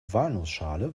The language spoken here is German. walnussschale